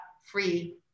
free